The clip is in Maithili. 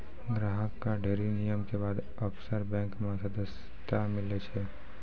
ग्राहक कअ ढ़ेरी नियम के बाद ऑफशोर बैंक मे सदस्यता मीलै छै